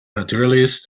naturalist